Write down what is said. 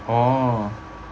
orh